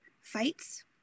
fights